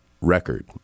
record